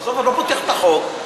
אני לא פותח את החוק,